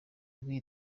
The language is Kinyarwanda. yabwiye